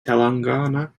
telangana